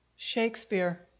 Shakespeare